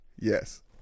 yes